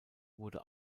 wurde